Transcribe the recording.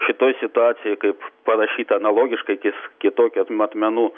šitoj situacijoje kaip parašyta analogiškai kis kitokių matmenų